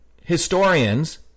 historians